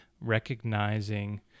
recognizing